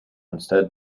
instead